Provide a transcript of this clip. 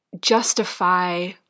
justify